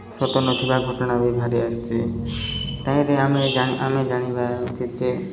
ସତ ନଥିବା ଘଟଣା ବି ବାହାରି ଆସୁଛି ତାହିଁରେ ଆମେ ଆମେ ଜାଣି ଆମେ ଜାଣିବା ଉଚିତ୍ ଯେ